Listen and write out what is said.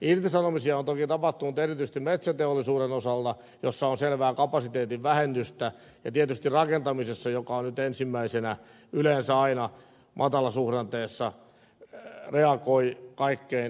irtisanomisia on toki tapahtunut erityisesti metsäteollisuuden osalla jossa on selvää kapasiteetin vähennystä ja tietysti rakentamisessa joka nyt ensimmäisenä yleensä aina matalasuhdanteessa reagoi kaikkein voimakkaimmin